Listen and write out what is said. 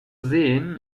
sehen